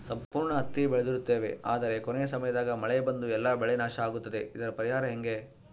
ಸಂಪೂರ್ಣ ಹತ್ತಿ ಬೆಳೆದಿರುತ್ತೇವೆ ಆದರೆ ಕೊನೆಯ ಸಮಯದಾಗ ಮಳೆ ಬಂದು ಎಲ್ಲಾ ಬೆಳೆ ನಾಶ ಆಗುತ್ತದೆ ಇದರ ಪರಿಹಾರ ಹೆಂಗೆ?